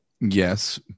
Yes